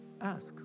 Ask